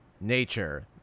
nature